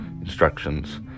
instructions